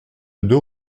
deux